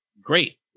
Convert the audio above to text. great